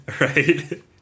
Right